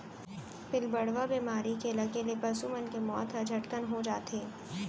पिलबढ़वा बेमारी के लगे ले पसु मन के मौत ह झटकन हो जाथे